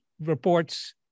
reports